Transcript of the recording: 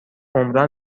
عمرا